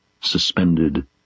suspended